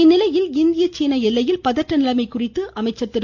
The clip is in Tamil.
இந்நிலையில் இந்திய சீன எல்லையில் பதற்ற நிலைமை குறித்து அமைச்சர் திரு